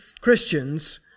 Christians